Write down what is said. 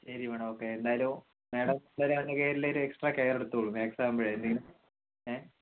ശരി madam okay എന്തായാലും madam അവനോട് ഒരു എക്സ്ട്രാ കെയർ എടുത്തോളൂ മാത്സ് ആവുമ്പോളെ എ